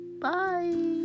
Bye